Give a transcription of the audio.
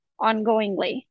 ongoingly